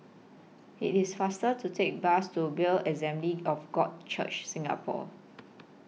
IT IS faster to Take The Bus to Bethel Assembly of God Church Singapore